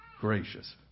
Gracious